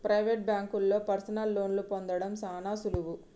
private బాంకుల్లో personal లోన్లు పొందడం సాన సులువు